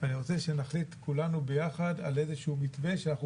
אני רוצה שנחליט כולנו ביחד על איזשהו מתווה שאנחנו